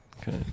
Okay